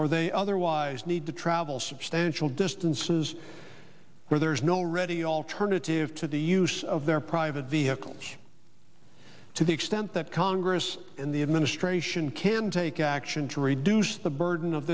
or they otherwise need to travel substantial distances where there is no ready alternative to the use of their private vehicles to the extent that congress and the administration can take action to reduce the burden of